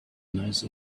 nice